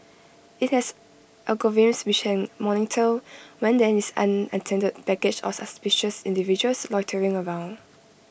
IT has algorithms which can monitor when there is unattended baggage or suspicious individuals loitering around